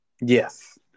Yes